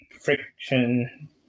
Friction